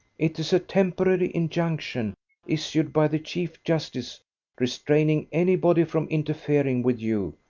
it's a temporary injunction issued by the chief justice restraining anybody from interfering with you,